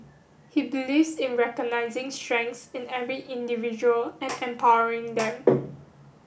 he believes in recognizing strengths in every individual and empowering them